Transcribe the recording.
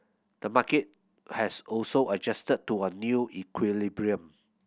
the market has also adjusted to a new equilibrium